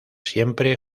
siempre